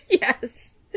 Yes